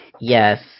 yes